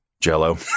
Jell-O